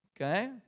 Okay